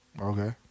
Okay